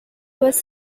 was